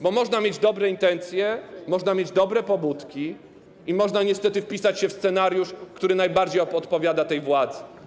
Bo można mieć dobre intencje, można mieć dobre pobudki i można niestety wpisać się w scenariusz, który najbardziej odpowiada tej władzy.